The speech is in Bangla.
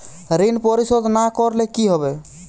ঋণ পরিশোধ না করলে কি হবে?